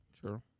sure